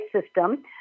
system